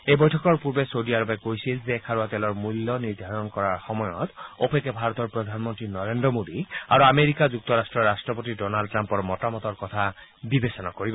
এই বৈঠকৰ পূৰ্বে চৌদী আৰৱে কৈছিল যে খাৰুৱা তেলৰ মল্য নিৰ্ধাৰণৰ সময়ত অপেকে ভাৰতৰ প্ৰধানমন্ত্ৰী নৰেন্দ্ৰ মোডী আৰু আমেৰিকা যুক্তৰাট্ৰৰ ৰাট্ৰপতি ড'নাল্ড ট্ৰাম্পৰ মতামতৰ কথা বিবেচনা কৰা হ'ব